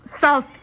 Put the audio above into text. south